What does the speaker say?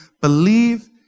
believe